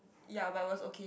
ya but it was okay